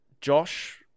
Josh